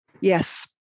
Yes